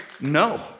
no